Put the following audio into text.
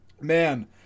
Man